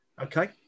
okay